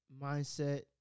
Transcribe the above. mindset